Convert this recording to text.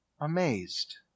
amazed